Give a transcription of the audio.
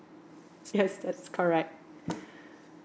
yes that's correct